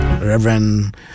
Reverend